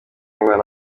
umwana